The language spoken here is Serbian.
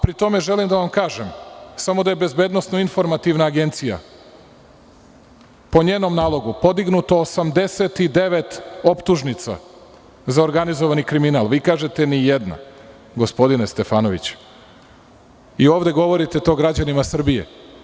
Pri tome, želim da vam kažem, samo da je Bezbednosno-informativna agencija, po njenom nalogu, podignuto 89 optužnica za organizovani kriminal, vi kažete ni jedna, gospodine Stefanoviću, i ovde govorite to građanima Srbije.